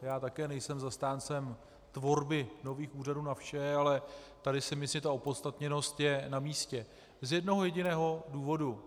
Já také nejsem zastáncem tvorby nových úřadů na vše, ale tady si myslím, že opodstatněnost je namístě z jednoho jediného důvodu.